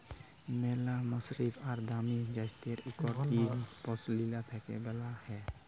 ম্যালা মসরিল আর দামি জ্যাত্যের ইকট উল পশমিলা থ্যাকে বালাল হ্যয়